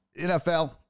NFL